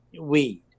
weed